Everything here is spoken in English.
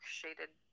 shaded